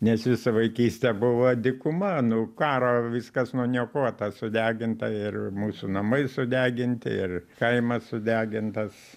nes visą vaikystę buvo dykuma nu karo viskas nuniokota sudeginta ir mūsų namai sudeginti ir kaimas sudegintas